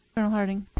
colonel harting.